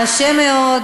קשה מאוד